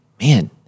man